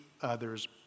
others